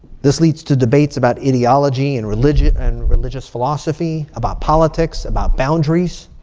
this leads to debates about ideology and religion and religious philosophy, about politics, about boundaries.